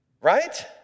right